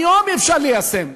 היום אפשר ליישם.